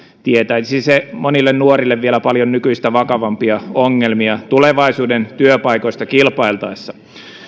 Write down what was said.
tietäisi se monille nuorille vielä paljon nykyistä vakavampia ongelmia tulevaisuuden työpaikoista kilpailtaessa